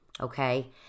okay